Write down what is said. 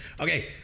Okay